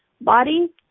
body